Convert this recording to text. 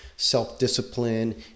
self-discipline